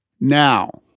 Now